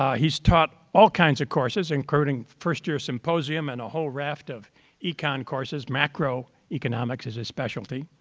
he's taught all kinds of courses including first-year symposium and a whole raft of econ courses. macroeconomics is his specialty,